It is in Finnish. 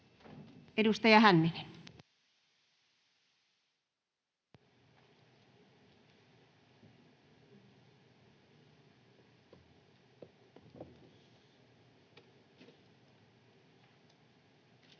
Edustaja Hänninen. Arvoisa